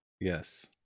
yes